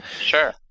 Sure